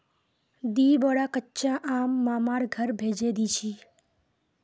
दी बोरा कच्चा आम मामार घर भेजे दीछि